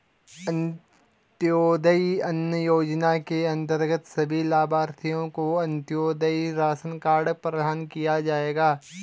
अंत्योदय अन्न योजना के अंतर्गत सभी लाभार्थियों को अंत्योदय राशन कार्ड प्रदान किया जाएगा